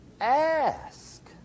ask